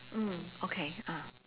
mm okay ah